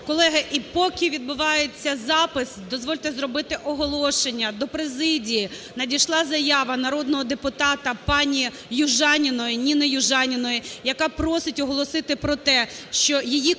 Колеги, і поки відбувається запис, дозвольте зробити оголошення. До президії надійшла заява народного депутата пані Южаніної, Ніни Южаніної, яка просить оголосити про те, що її картка